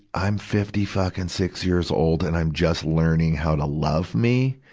i'm fifty-fucking-six years old, and i'm just learning how to love me.